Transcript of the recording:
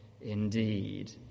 Indeed